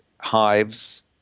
hives